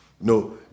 No